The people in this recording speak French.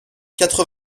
quatre